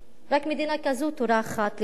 רק מדינה כזאת טורחת לדכא